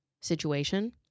situation